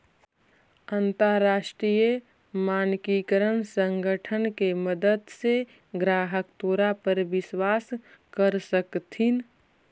अंतरराष्ट्रीय मानकीकरण संगठन के मदद से ग्राहक तोरा पर विश्वास कर सकतथीन